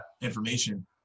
information